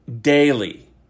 daily